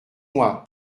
moi